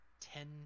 ten